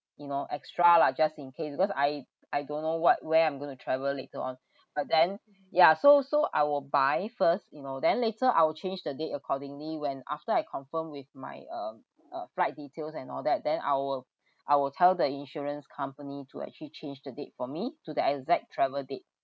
you know extra lah just in case because I I don't know what where I'm going to travel later on but then ya so so I will buy first you know then later I will change the date accordingly when after I confirm with my um uh flight details and all that then I will I will tell the insurance company to actually change the date for me to the exact travel date